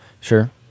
Sure